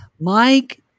Mike